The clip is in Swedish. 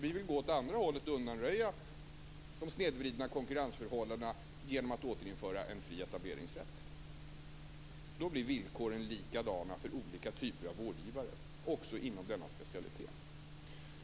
Vi vill gå åt andra hållet och undanröja snedvridningen av konkurrensförhållandena genom att återinföra en fri etableringsrätt. Då blir villkoren likadana för olika typer av vårdgivare också inom denna specialitet.